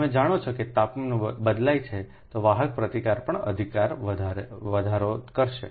તમે જાણો છો કે જો તાપમાન બદલાય છે તો વાહક પ્રતિકાર પણ અધિકાર વધારો કરશે